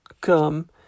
come